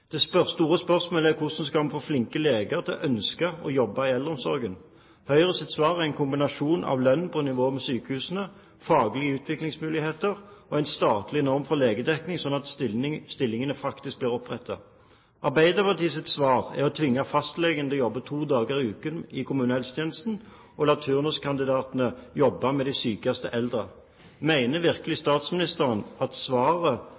Det store spørsmålet er hvordan en skal få flinke leger til å ønske å jobbe i eldreomsorgen. Høyres svar er en kombinasjon av lønn på nivå med sykehusene, faglige utviklingsmuligheter og en statlig norm for legedekning, sånn at stillingene faktisk blir opprettet. Arbeiderpartiets svar er å tvinge fastlegen til å jobbe to dager i uken i kommunehelsetjenesten og la turnuskandidatene jobbe med de sykeste eldre. Mener virkelig statsministeren at svaret